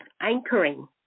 anchoring